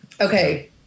Okay